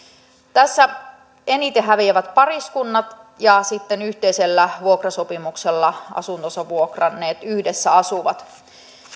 tässä eniten häviävät pariskunnat ja sitten yhteisellä vuokrasopimuksella asuntonsa vuokranneet yhdessä asuvat